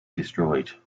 destroyed